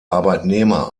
arbeitnehmer